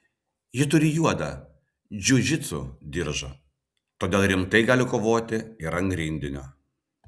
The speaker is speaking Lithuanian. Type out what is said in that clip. ji turi juodą džiudžitsu diržą todėl rimtai gali kovoti ir ant grindinio